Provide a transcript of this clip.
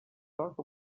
talk